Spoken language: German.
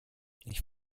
ich